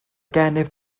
gennyf